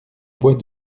voix